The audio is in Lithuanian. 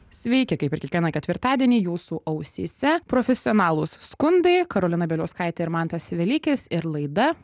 sveiki kaip ir kiekvieną ketvirtadienį jūsų ausyse profesionalūs skundai karolina bieliauskaitė ir mantas velykis ir laida